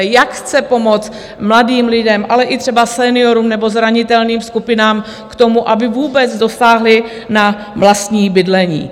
Jak chce pomoct mladým lidem, ale i třeba seniorům nebo zranitelným skupinám, k tomu, aby vůbec dosáhli na vlastní bydlení?